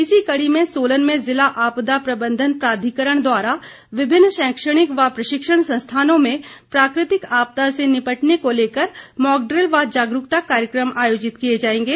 इसी कड़ी में सोलन में जिला आपदा प्रबंधन प्राधिकरण द्वारा विभिन्न शैक्षणिक व प्रशिक्षण संस्थानों में प्राकृतिक आपदा से निपटने को लेकर मौक ड़िल व जागरूकता कार्यक्रम आयोजित किए जाएंगे